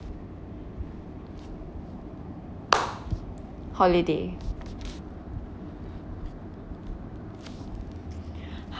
holiday